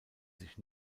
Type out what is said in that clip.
sich